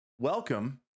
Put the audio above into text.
Welcome